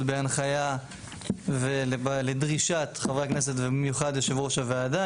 בהנחיה ולדרישת חברי הכנסת ובמיוחד יושב ראש הוועדה.